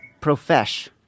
Profesh